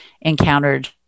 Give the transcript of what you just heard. encountered